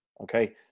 okay